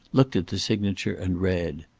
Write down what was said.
looked at the signature, and read.